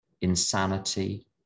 insanity